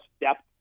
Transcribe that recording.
depth